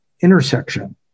intersection